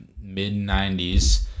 mid-90s